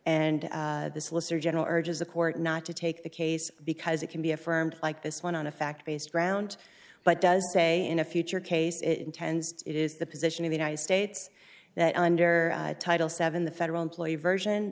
solicitor general urges the court not to take the case because it can be affirmed like this one on a fact based round but does say in a future case it intends it is the position of the united states that under title seven the federal employee version